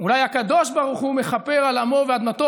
אולי הקדוש ברוך הוא מכפר על עמו ואדמתו?